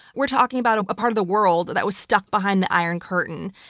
we're talking about a part of the world that was stuck behind the iron curtain.